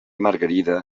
margarida